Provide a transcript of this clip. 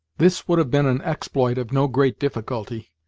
this would have been an exploit of no great difficulty,